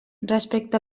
respecte